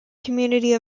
community